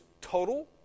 total